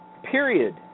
Period